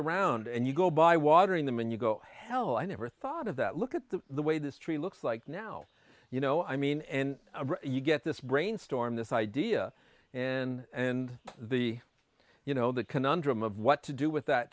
around and you go by watering them and you go hello i never thought of that look at that the way this tree looks like now you know i mean and you get this brainstorm this idea and the you know that conundrum of what to do with that